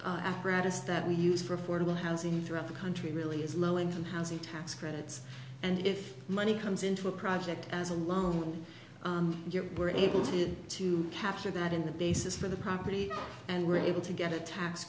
financing apparatus that we use for affordable housing throughout the country really is low income housing tax credits and if money comes into a project as a loan you were able to to capture that in the basis for the property and were able to get a tax